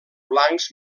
blancs